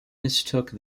mistook